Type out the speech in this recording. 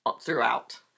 throughout